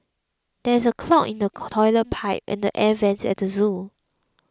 there is a clog in the Toilet Pipe and Air Vents at zoo